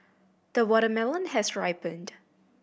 the watermelon has ripened